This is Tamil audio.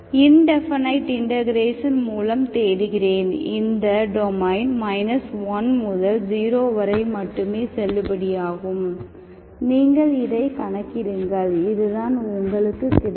இன்டேபனைட் இண்டெகரேஷன் மூலம் தேடுகிறேன் இந்த டொமைன் 1 முதல் 0 வரை மட்டுமே செல்லுபடியாகும் நீங்கள் இதை கணக்கிடுங்கள் இதுதான் உங்களுக்கு கிடைக்கும்